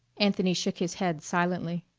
anthony shook his head silently.